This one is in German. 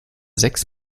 sechs